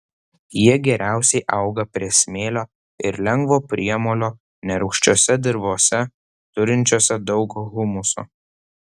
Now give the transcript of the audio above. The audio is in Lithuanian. jie geriausiai auga priesmėlio ir lengvo priemolio nerūgščiose dirvose turinčiose daug humuso